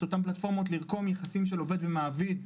אותן פלטפורמות לרקום יחסים של עובד ומעביד.